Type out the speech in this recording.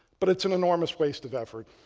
but it's an enormous waste of effort.